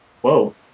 Whoa